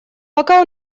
пока